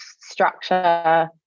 structure